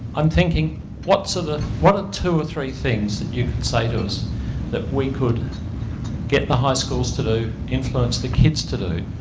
i'm thinking what sort of ah what are two or three things that you can say to us that we could get the high schools to do, influence the kids to do,